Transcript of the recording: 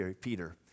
Peter